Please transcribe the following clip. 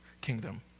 kingdom